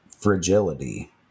fragility